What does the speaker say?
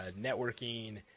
networking